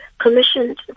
commissioned